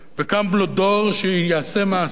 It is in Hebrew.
וקם לו דור שיעשה מעשה.